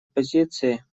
позиции